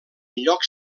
llocs